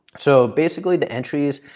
so, basically the entries,